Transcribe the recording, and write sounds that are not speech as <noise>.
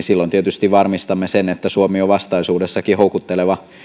<unintelligible> silloin tietysti varmistamme sen että suomi on vastaisuudessakin houkutteleva